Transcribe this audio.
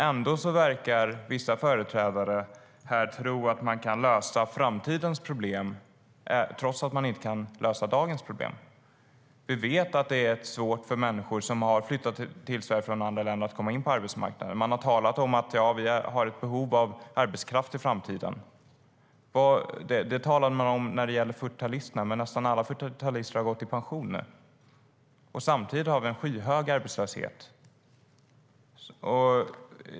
Ändå verkar vissa företrädare här tro att man kan lösa framtidens problem trots att man inte kan lösa dagens problem. Vi vet att det är svårt för människor som har flyttat till Sverige från andra länder att komma in på arbetsmarknaden. Man har talat om ett behov av arbetskraft i framtiden. Det talade man om när det gällde 40-talisterna också, men nu har nästan alla 40-talister gått i pension. Samtidigt har vi en skyhög arbetslöshet.